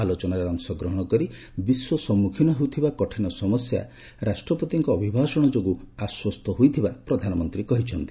ଆଲୋଚନାରେ ଅଂଶଗ୍ରହଣ କରିବା ବିଶ୍ୱ ସମ୍ପଖୀନ ହେଉଥିବା କଠିନ ସମସ୍ୟା ରାଷ୍ଟପତିଙ୍କ ଅଭିଭାଷଣ ଯୋଗୁଁ ଆଶ୍ୱସ୍ତ ହୋଇଥିବା ପ୍ରଧାନମନ୍ତ୍ରୀ କହିଛନ୍ତି